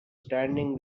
standing